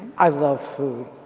i love food.